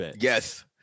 Yes